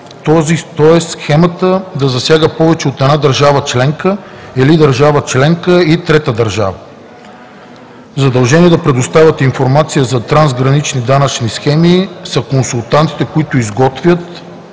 тоест схемата да засяга повече от една държава членка или държава членка и трета държава. Задължени да предоставят информация за трансгранични данъчни схеми са консултантите, които изготвят,